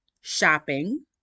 shopping